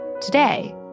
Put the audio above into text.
Today